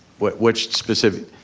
but which specific,